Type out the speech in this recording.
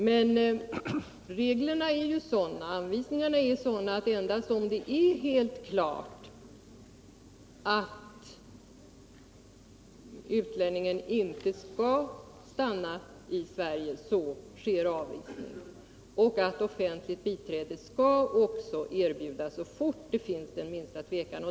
Men anvisningarna är sådana, att endast om det är helt klart att utlänningen inte skall stanna i Sverige så sker avvisningen, och att offentligt biträde skall erbjudas så fort det finns minsta tvekan.